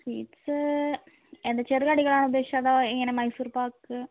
sweets എന്താ ചെറു കടികളാണോ ഉദ്ദേശിച്ചത് അതോ ഇങ്ങനെ മൈസൂർ പാക്ക്